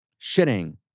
shitting